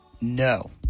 No